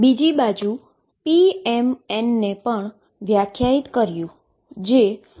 બીજી બાજુ pmn ને પણ વ્યાખ્યાયિત કર્યું